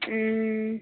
हूँ